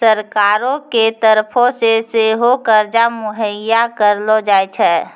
सरकारो के तरफो से सेहो कर्जा मुहैय्या करलो जाय छै